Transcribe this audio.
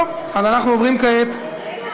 טוב, אז אנחנו עוברים כעת, רגע,